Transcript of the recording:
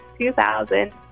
2000